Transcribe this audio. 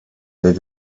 did